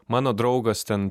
mano draugas ten